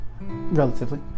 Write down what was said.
relatively